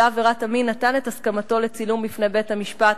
עבירת המין נתן את הסכמתו לצילום לפני בית-המשפט,